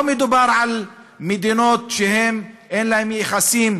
לא מדובר על מדינות שאין להן יחסים